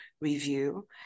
review